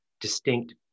distinct